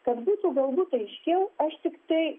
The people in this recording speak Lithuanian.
kad būtų galbūt aiškiau aš tiktai